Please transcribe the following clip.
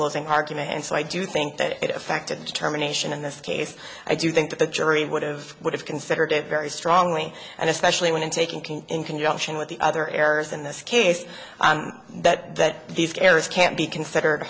closing argument and so i do think that it affected the determination in this case i do think the jury would have would have considered it very strongly and especially when taking in conjunction with the other errors in this case that that these errors can't be considered